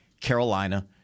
Carolina